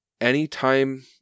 anytime